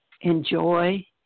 enjoy